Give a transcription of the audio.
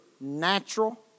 natural